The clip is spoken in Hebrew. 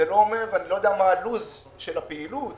לא יודע מה לוח הזמנים של הפעילות